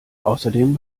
außerdem